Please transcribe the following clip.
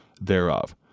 thereof